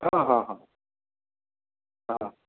ହଁ ହଁ ହଁ ହଁ